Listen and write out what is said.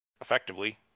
Effectively